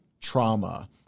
trauma